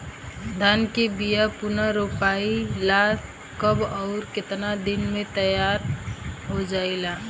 धान के बिया पुनः रोपाई ला कब और केतना दिन में तैयार होजाला?